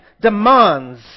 demands